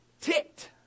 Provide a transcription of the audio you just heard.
ticked